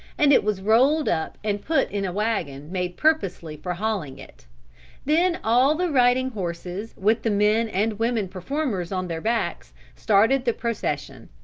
and it was rolled up and put in a wagon made purposely for hauling it then all the riding horses with the men and women performers on their backs, started the procession.